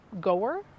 goer